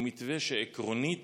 הוא מתווה שעקרונית